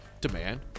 demand